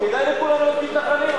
כדאי לכולם להיות מתנחלים,